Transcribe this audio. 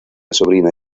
sobrina